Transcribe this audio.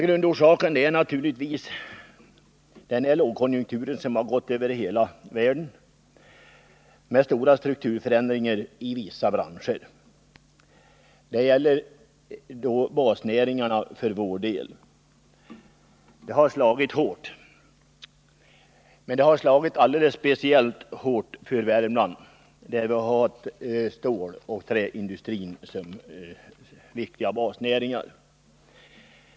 Grundorsaken är naturligtvis den lågkonjunktur som gått över hela världen med stora strukturförändringar i vissa branscher som följd. För vår del har det gällt många basnäringar. Lågkonjunkturen har slagit hårt, men den har slagit alldeles speciellt hårt för Värmlands del, där vi har ståloch träindustri som viktiga basnäringar.